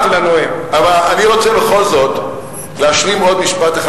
אבל אני רוצה בכל זאת להשלים עוד משפט אחד,